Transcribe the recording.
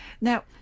Now